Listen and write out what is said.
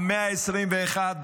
במאה ה-21,